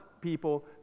people